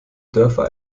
dörfer